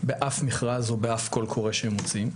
באף מכרז או באף קול קורא שהם מוציאים.